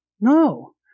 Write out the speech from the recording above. No